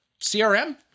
CRM